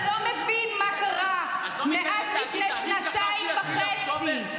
אם אתה לא מבין מה קרה מאז לפני שנתיים וחצי,